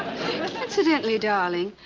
incidentally, darling,